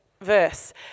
verse